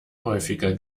häufiger